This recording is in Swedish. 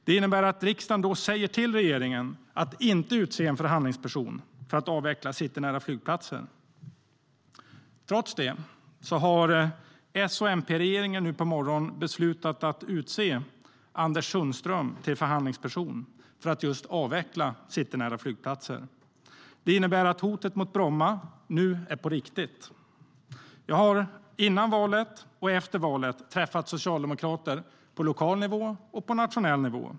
Det innebär att riksdagen då säger till regeringen att inte utse en förhandlingsperson för att avveckla citynära flygplatser. Trots det har S-MP-regeringen nu på morgonen beslutat att utse Anders Sundström till förhandlingsperson för att just avveckla citynära flygplatser. Det innebär att hotet mot Bromma nu är på riktigt. Jag har före valet och efter valet träffat socialdemokrater på lokal och på nationell nivå.